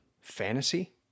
fantasy